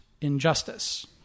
injustice